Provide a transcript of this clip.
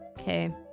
Okay